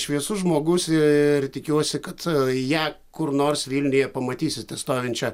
šviesus žmogus ir tikiuosi kad ją kur nors vilniuje pamatysite stovinčią